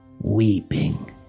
weeping